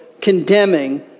condemning